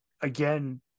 again